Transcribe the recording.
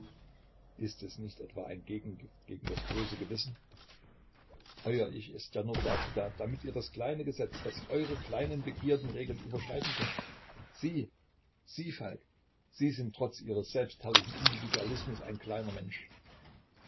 ist es nicht etwa ein gegengift gegen das böse gewissen euer ich ist ja nur dazu da damit ihr das kleine gesetz das eure kleinen begierden regelt überschreiten könnt sie sie falk sie sind trotz ihres selbstherrlichen individualismus ein kleiner mensch